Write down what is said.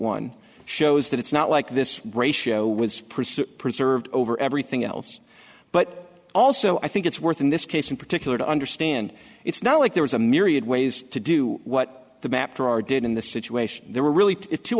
one shows that it's not like this ratio was preserved over everything else but also i think it's worth in this case in particular to understand it's not like there was a myriad ways to do what the map there are did in this situation there were really two